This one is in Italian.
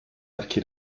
archi